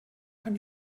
kann